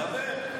דבר.